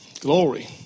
Glory